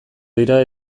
dira